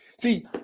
see